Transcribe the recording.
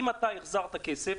אם החזרת כסף,